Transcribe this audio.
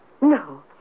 No